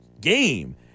game